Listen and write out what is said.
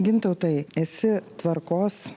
gintautai esi tvarkos